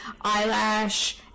eyelash